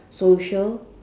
social